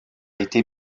été